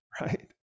right